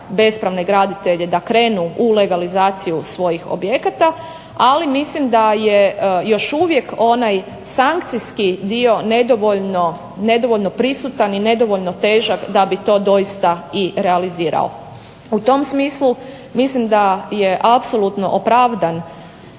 da krenu u legalizaciju svojih objekata. Ali mislim da je još uvijek onaj sankcijski dio nedovoljno prisutan i nedovoljno težak da bi to doista i realizirao. U tom smislu mislim da je apsolutno opravdan